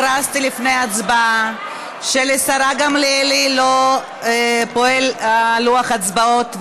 הכרזתי לפני ההצבעה שלשרה גמליאל לא פועל לוח ההצבעות,